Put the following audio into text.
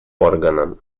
органом